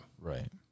Right